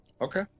Okay